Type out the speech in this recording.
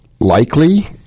Likely